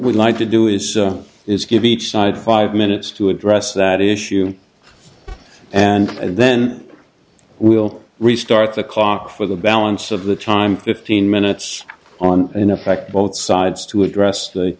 we'd like to do is is give each side five minutes to address that issue and then we'll restart the clock for the balance of the time fifteen minutes on in effect both sides to address the